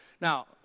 Now